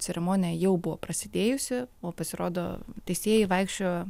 ceremonija jau buvo prasidėjusi o pasirodo teisėjai vaikščiojo